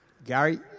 Gary